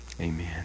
Amen